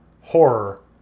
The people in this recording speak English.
Horror